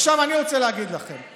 עכשיו אני רוצה להגיד לכם: